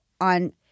on